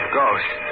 ghost